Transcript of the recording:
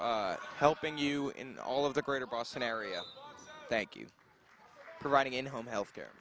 with helping you in all of the greater boston area thank you for writing in home health care